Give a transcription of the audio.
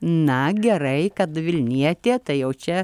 na gerai kad vilnietė tai jaučia